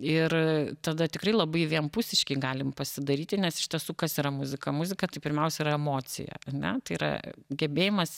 ir tada tikrai labai vienpusiški galim pasidaryti nes iš tiesų kas yra muzika muzika tai pirmiausia yra emocija ane tai yra gebėjimas